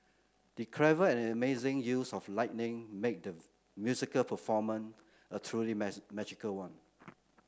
the clever and amazing use of lighting made the musical performance a truly magical one